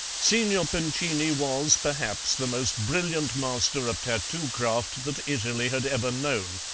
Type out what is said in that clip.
signor pincini was, perhaps, the most brilliant master of tattoo craft that italy had ever known,